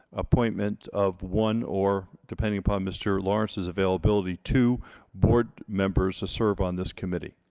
appointment of one or depending upon mr. lawrence's availability two board members to serve on this committee